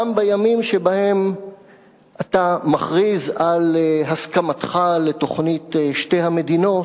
גם בימים שבהם אתה מכריז על הסכמתך לתוכנית שתי המדינות,